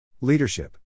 Leadership